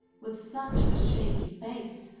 with such a shaky base,